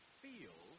feel